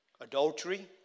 Adultery